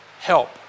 help